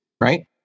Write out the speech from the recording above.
right